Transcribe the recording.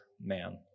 man